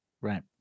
Right